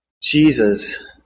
Jesus